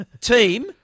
team